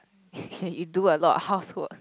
you do a lot of housework